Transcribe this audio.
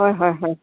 হয় হয় হয়